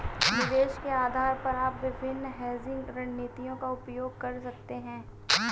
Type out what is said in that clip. निवेश के आधार पर आप विभिन्न हेजिंग रणनीतियों का उपयोग कर सकते हैं